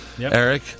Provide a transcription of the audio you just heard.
Eric